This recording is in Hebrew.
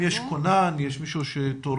האם יש כונן, יש מישהו תורן.